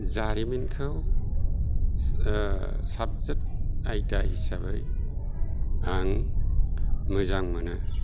जारिमिनखौ साबजेक्त आयदा हिसाबै आं मोजां मोनो